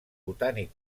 botànic